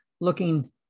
looking